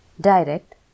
Direct